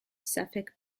suffolk